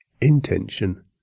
intention